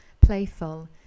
playful